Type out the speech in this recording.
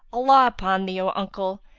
allah upon thee, o uncle,